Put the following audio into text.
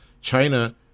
China